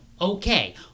Okay